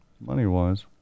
money-wise